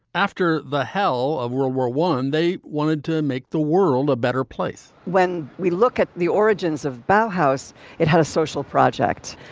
after the hell of world war one, they wanted to make the world a better place when we look at the origins of bolthouse it had a social project.